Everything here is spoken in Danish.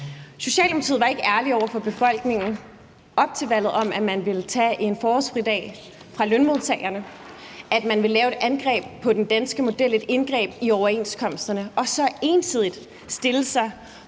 Socialdemokratiet var ikke ærlige over for befolkningen op til valget om, at man ville tage en forårsfridag fra lønmodtagerne, at man ville lave et angreb på den danske model, et indgreb i overenskomsterne, og så ensidigt stille sig